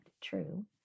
true